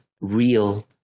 real